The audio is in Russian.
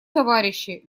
товарищи